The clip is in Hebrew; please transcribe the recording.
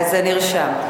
זה נרשם.